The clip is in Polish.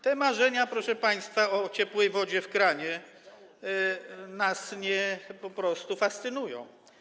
Te marzenia, proszę państwa, o ciepłej wodzie w kranie nas po prostu nie fascynują.